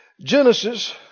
Genesis